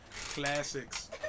Classics